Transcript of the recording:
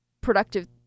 productive